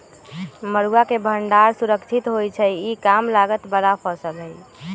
मरुआ के भण्डार सुरक्षित होइ छइ इ कम लागत बला फ़सल हइ